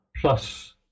plus